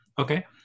okay